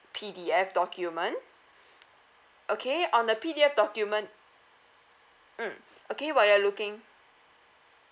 P_D_F document okay on the P_D_F document mm okay while you're looking